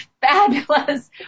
fabulous